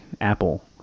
Apple